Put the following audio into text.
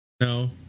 No